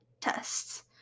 tests